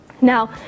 Now